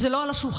זה לא על השולחן.